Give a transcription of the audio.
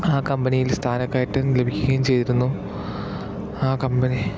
ആ കമ്പനിയില് സ്ഥാനക്കയറ്റം ലഭിക്കുകയും ചെയ്തിരുന്നു ആ കമ്പനി